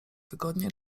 wygodnie